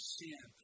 sin